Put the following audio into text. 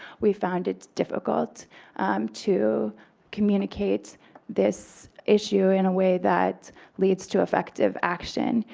we found it's difficult to communicate this issue in a way that leads to effective action,